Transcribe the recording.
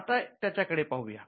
आता त्याच्याकडे पाहू या